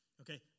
Okay